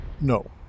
No